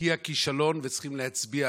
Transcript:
היא הכישלון, וצריכים להצביע עליו.